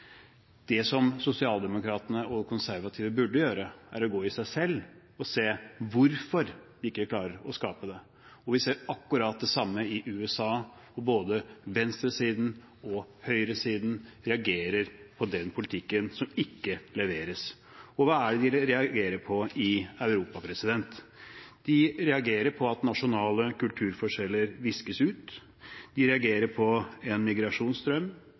Det som sosialdemokratene og konservative burde gjøre, er å gå i seg selv og se hvorfor de ikke klarer å skape det. Vi ser akkurat det samme i USA, hvor både venstresiden og høyresiden reagerer på den politikken som ikke leveres. Og hva er det de reagerer på i Europa? De reagerer på at nasjonale kulturforskjeller viskes ut, de reagerer på en migrasjonsstrøm,